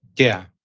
yeah.